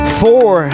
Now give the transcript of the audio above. four